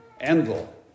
anvil